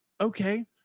okay